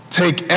take